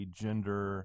gender